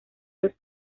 los